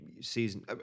season